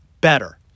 better